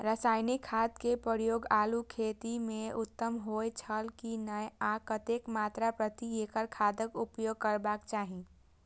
रासायनिक खाद के प्रयोग आलू खेती में उत्तम होय छल की नेय आ कतेक मात्रा प्रति एकड़ खादक उपयोग करबाक चाहि?